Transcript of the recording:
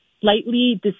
slightly